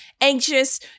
anxious